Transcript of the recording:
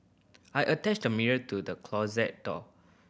I attached the mirror to the closet door